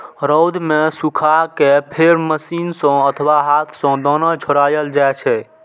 रौद मे सुखा कें फेर मशीन सं अथवा हाथ सं दाना छोड़ायल जाइ छै